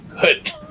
good